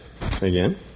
again